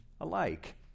alike